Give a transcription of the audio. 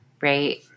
right